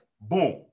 Boom